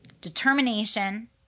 determination